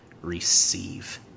receive